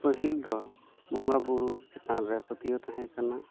ᱯᱟᱹᱦᱤᱞ ᱫᱚ ᱵᱚᱸᱜᱟ ᱵᱳᱨᱳ ᱪᱮᱛᱟᱱ ᱨᱮ ᱯᱟᱹᱛᱭᱟᱹᱣ ᱛᱟᱦᱮᱸ ᱠᱟᱱᱟ